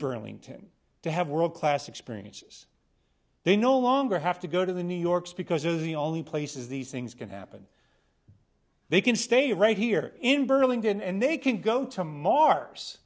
burlington to have world class experiences they no longer have to go to the new yorks because they're the only places these things can happen they can stay right here in burlington and they can go to mars